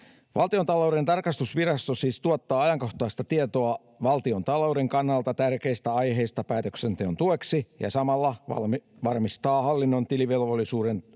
Valtiontalouden tarkastusvirasto siis tuottaa ajankohtaista tietoa valtiontalouden kannalta tärkeistä aiheista päätöksenteon tueksi ja samalla varmistaa hallinnon tilivelvollisuuden